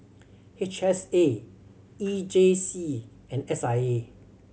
H S A E J C and S I A